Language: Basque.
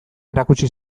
erakutsi